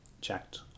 checked